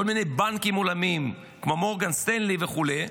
כל מיני בנקים עולמיים כמו מורגן סטנלי וכו'